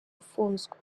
afunzwe